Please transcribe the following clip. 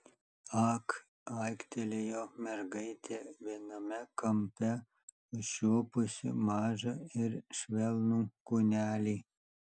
ak aiktelėjo mergaitė viename kampe užčiuopusi mažą ir švelnų kūnelį